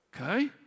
okay